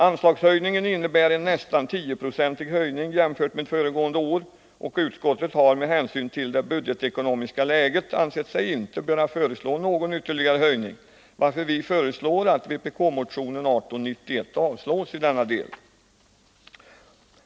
Anslagshöjningen innebär en nästan tioprocentig höjning jämfört med föregående år, och utskottet har med hänsyn till det budgetekonomiska läget ansett sig inte böra föreslå någon ytterligare höjning, varför vi hemställer att vpk-motionen 1891 avslås i denna del.